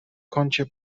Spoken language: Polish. kącie